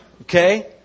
Okay